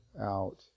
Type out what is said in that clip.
out